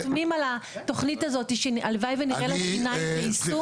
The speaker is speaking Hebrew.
אנחנו חותמים על התוכנית הזאת שהלוואי ונראה לה שיניים ויישום.